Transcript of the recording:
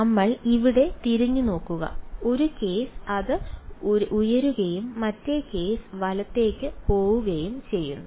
നമ്മൾ ഇവിടെ തിരിഞ്ഞുനോക്കുന്നു ഒരു കേസ് അത് ഉയരുകയും മറ്റേ കേസ് വലത്തേക്ക് പോകുകയും ചെയ്യുന്നു